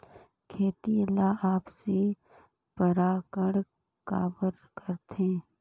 खेती ला आपसी परागण काबर करथे?